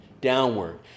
downward